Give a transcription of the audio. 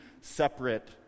separate